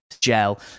Gel